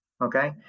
Okay